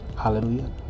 hallelujah